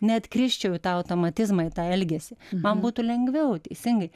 neatkrisčiau į tą automatizmą į tą elgesį man būtų lengviau teisingai